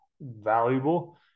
valuable